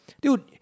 Dude